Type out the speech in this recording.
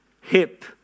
hip